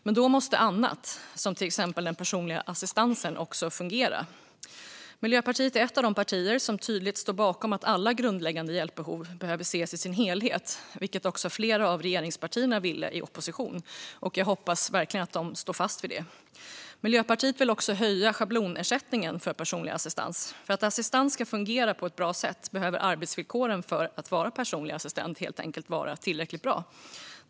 Men då måste annat som till exempel den personliga assistansen också fungera. Miljöpartiet är ett av de partier som tydligt står bakom att alla grundläggande hjälpbehov behöver ses i sin helhet, vilket flera av regeringspartierna också gjorde i opposition. Jag hoppas verkligen att de står fast vid det. Miljöpartiet vill också höja schablonersättningen för personlig assistans. För att assistans ska fungera på ett bra sätt behöver arbetsvillkoren för att vara personlig assistent helt enkelt vara tillräckligt bra.